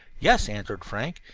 yes, answered frank,